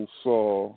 saw